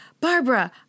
Barbara